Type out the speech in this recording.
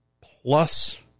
plus